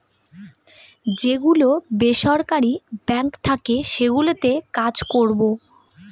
যে গুলো বেসরকারি বাঙ্ক থাকে সেগুলোতে কাজ করবো